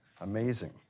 Amazing